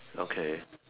okay